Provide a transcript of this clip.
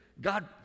God